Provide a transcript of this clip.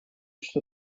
что